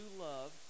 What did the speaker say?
love